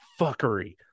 fuckery